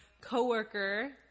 coworker